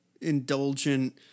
indulgent